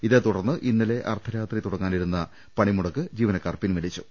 ഇതേത്തുടർന്ന് ഇന്നലെ അർധരാത്രി തുടങ്ങാനിരുന്ന പണിമുടക്ക് ജീവനക്കാർ പിൻവലിച്ചു